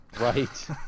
Right